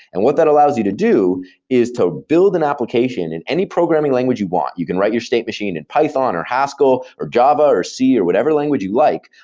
and what that allows you to do is to build an application in any programming language you what. you can write your state machine in python, or haskell, or java, or c or whatever language you like,